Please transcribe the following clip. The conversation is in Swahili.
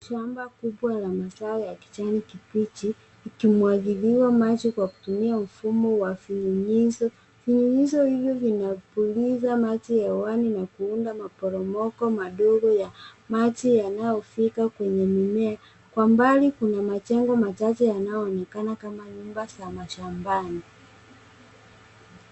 Shamba kubwa la mazao ya kijani kibichi likimwagiliwa maji kwa kutumia mfumo wa vinyunyizo. Vinyunyizo hivyo vinapuliza maji hewani na kuunda maporomoko madogo ya maji yanayofika kwenye mimea. Kwa mbali kuna majengo machache yanayoonekana kama nyumba za mashambani.